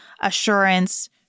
assurance